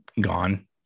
gone